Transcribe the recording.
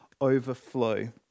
overflow